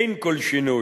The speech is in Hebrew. אין כל שינוי,